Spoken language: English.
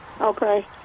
Okay